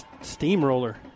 steamroller